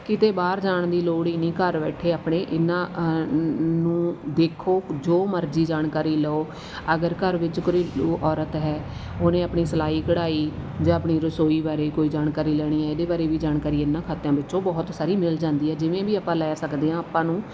ਕਿਤੇ ਬਾਹਰ ਜਾਣ ਦੀ ਲੋੜ ਹੀ ਨਹੀਂ ਘਰ ਬੈਠੇ ਆਪਣੇ ਇਨ੍ਹਾਂ ਨੂੰ ਦੇਖੋ ਜੋ ਮਰਜੀ ਜਾਣਕਾਰੀ ਲਓ ਅਗਰ ਘਰ ਵਿੱਚ ਘਰੇਲੂ ਔਰਤ ਹੈ ਉਹਨੇ ਆਪਣੀ ਸਿਲਾਈ ਕਢਾਈ ਜਾਂ ਆਪਣੀ ਰਸੋਈ ਬਾਰੇ ਕੋਈ ਜਾਣਕਾਰੀ ਲੈਣੀ ਹੈ ਇਹਦੇ ਬਾਰੇ ਵੀ ਜਾਣਕਾਰੀ ਇਨ੍ਹਾਂ ਖਾਤਿਆਂ ਵਿੱਚੋਂ ਬਹੁਤ ਸਾਰੀ ਮਿਲ ਜਾਂਦੀ ਹੈ ਜਿਵੇਂ ਵੀ ਆਪਾਂ ਲੈ ਸਕਦੇ ਹਾਂ ਆਪਾਂ ਨੂੰ